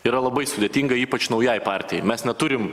yra labai sudėtinga ypač naujai partijai mes neturim